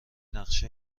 نقشه